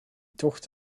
tocht